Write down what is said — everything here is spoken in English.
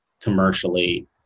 commercially